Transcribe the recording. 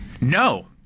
No